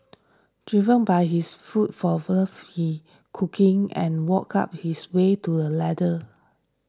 driven by his food for love he cooking and worked up his way to a ladder